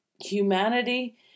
humanity